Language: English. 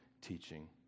teaching